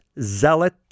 zealot